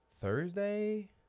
Thursday